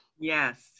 Yes